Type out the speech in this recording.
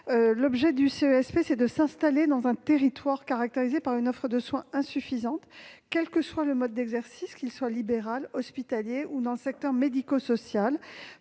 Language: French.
à des médecins de s'installer dans un territoire caractérisé par une offre de soins insuffisante, quel que soit le mode d'exercice, qu'il soit libéral, hospitalier ou intervenant dans le secteur médico-social,